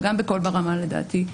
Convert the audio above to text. וגם ב"קול ברמה" לדעתי,